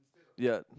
ya